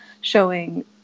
showing